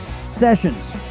Sessions